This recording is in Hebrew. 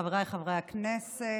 חבריי חברי הכנסת,